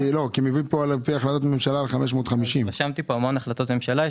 כי מדברים כאן על פי החלטת ממשלה על 550. רשמתי כאן המון החלטות ממשלה.